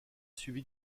suivi